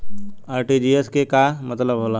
RTGS के का मतलब होला?